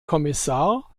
kommissar